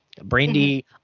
Brandy